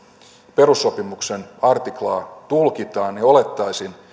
perussopimuksen artiklaa tulkitaan niin olettaisin